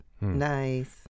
Nice